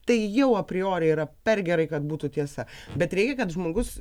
tai jau apriori yra per gerai kad būtų tiesa bet reikia kad žmogus